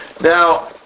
Now